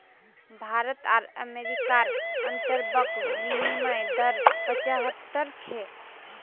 भारत आर अमेरिकार अंतर्बंक विनिमय दर पचाह्त्तर छे